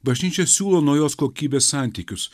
bažnyčia siūlo naujos kokybės santykius